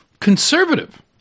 conservative